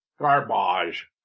garbage